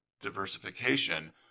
diversification